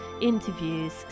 interviews